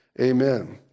Amen